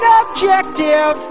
objective